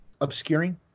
obscuring